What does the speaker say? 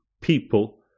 people